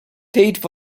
tate